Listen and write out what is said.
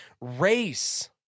race